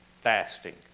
Fasting